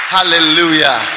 Hallelujah